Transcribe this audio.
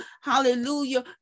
Hallelujah